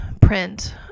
print